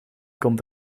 komt